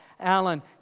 Alan